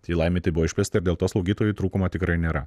tai laimei tai buvo išplėsta ir dėl to slaugytojų trūkumo tikrai nėra